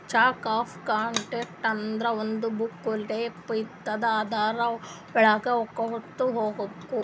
charts of accounts ಅಂದುರ್ ಒಂದು book type ಇರ್ತುದ್ ಅದುರ್ ವಳಾಗ ಬರ್ಕೊತಾ ಹೋಗ್ಬೇಕ್